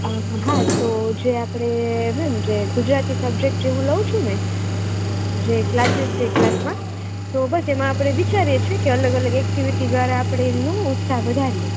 હા તો જે આપણે જે ગુજરાતી સબ્જેક્ટ જે હું લઉં છું ને જે ક્લાસિસ જે ક્લાસમાં તો બસ એમાં આપણે વિચારીએ છીએ કે અલગ અલગ એક્ટિવિટી દ્વારા આપણે એમનો ઉત્સાહ વધારીએ